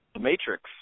Matrix